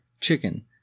chicken